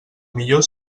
millor